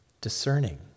discerning